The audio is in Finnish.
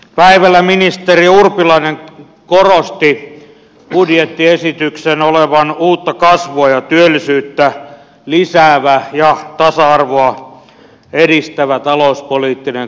päivällä ministeri urpilainen korosti budjettiesityksen olevan uutta kasvua ja työllisyyttä lisäävä ja tasa arvoa edistävä talouspoliittinen kokonaisstrategia